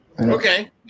Okay